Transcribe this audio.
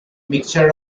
mixture